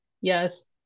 yes